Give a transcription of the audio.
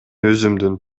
өзүмдүн